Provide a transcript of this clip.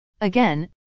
Again